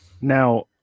Now